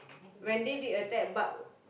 when they be attack but